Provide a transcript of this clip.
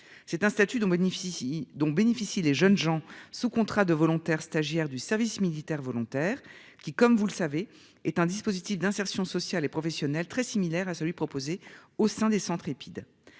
dans bénéficie dont bénéficient les jeunes gens sous contrat de volontaires stagiaire du service militaire volontaire qui comme vous le savez, est un dispositif d'insertion sociale et professionnelle très similaire à celui proposé au sein des centres Epide